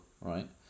right